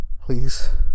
please